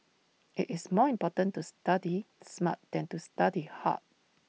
IT is more important to study smart than to study hard